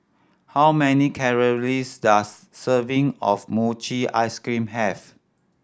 how many calories does serving of mochi ice cream have